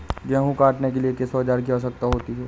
गेहूँ काटने के लिए किस औजार की आवश्यकता होती है?